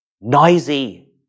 Noisy